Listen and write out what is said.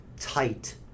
tight